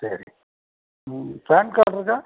சரி ம் PAN card இருக்கா